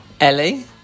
Ellie